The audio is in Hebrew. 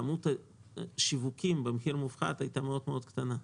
כמות השיווקים במחיר מופחת הייתה קטנה מאוד,